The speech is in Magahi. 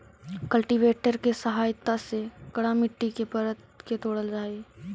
कल्टीवेटर के सहायता से कड़ा मट्टी के परत के तोड़ल जा हई